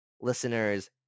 listeners